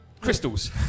Crystals